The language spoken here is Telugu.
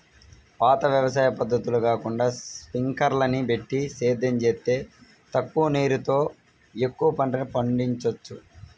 పాత వ్యవసాయ పద్ధతులు కాకుండా స్పింకర్లని బెట్టి సేద్యం జేత్తే తక్కువ నీరుతో ఎక్కువ పంటని పండిచ్చొచ్చు